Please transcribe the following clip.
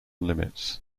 limits